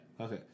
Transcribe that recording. Okay